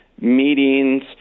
meetings